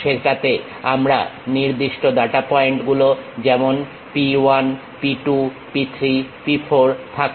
সেটাতে আমাদের নির্দিষ্ট ডাটা পয়েন্ট গুলো যেমন P 1 P 2 P 3 P 4 থাকে